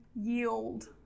yield